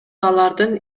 алардын